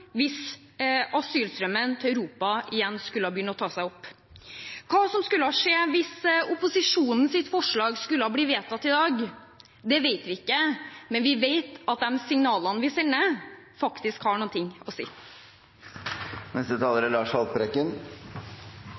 hvis asylstrømmen til Europa igjen skulle ta seg opp. Hva som skjer hvis opposisjonens forslag skulle bli vedtatt i dag, vet vi ikke, men vi vet at de signalene vi sender, faktisk har noe å si. Enkeltmennesker betyr noe. En av dem som har betydd noe i høst, er